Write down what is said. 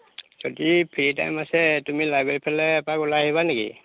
যদি free time আছে তুমি লাইব্ৰেৰীৰ ফালে এপাক ওলাই আহিবা নেকি